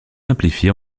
simplifié